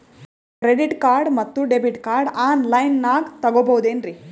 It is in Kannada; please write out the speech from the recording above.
ಕ್ರೆಡಿಟ್ ಕಾರ್ಡ್ ಮತ್ತು ಡೆಬಿಟ್ ಕಾರ್ಡ್ ಆನ್ ಲೈನಾಗ್ ತಗೋಬಹುದೇನ್ರಿ?